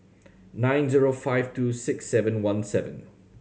nine zero five two six seven one seven